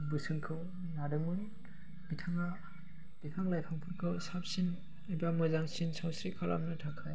बोसोनखौ लादोंमोन बिथाङा बिफां लाइफांफोरखौ साबसिन एबा मोजांसिन सावस्रि खालामनो थाखाय